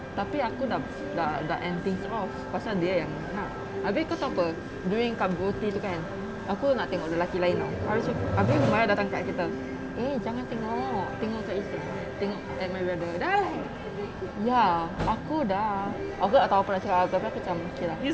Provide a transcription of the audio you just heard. tapi aku dah dah end things off pasal dia yang nak abeh kau tahu apa during kat broti tu kan aku nak tengok lelaki lain [tau] abeh humairah datang kat kita eh jangan tengok tengok kat tengok at my brother then I like ya aku dah aku tak tahu apa nak cakap ah tapi aku macam okay lah